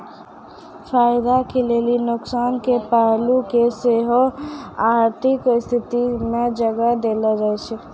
फायदा के लेली नुकसानो के पहलू के सेहो आर्थिक स्थिति मे जगह देलो जाय छै